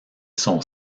son